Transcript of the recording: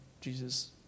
Jesus